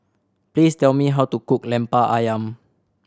please tell me how to cook Lemper Ayam